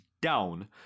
down